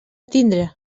tindre